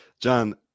John